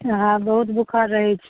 हँ बहुत बोखार रहै छै